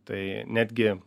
tai netgi